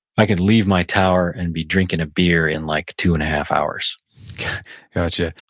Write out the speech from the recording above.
i could leave my tower and be drinking a beer in like two and a half hours gotcha.